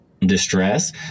distress